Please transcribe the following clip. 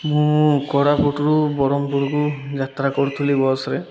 ମୁଁ କୋରାପୁଟରୁ ବରହମପୁରକୁ ଯାତ୍ରା କରୁଥିଲି ବସ୍ରେ